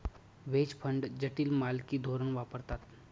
veg fund जटिल मालकी धोरण वापरतात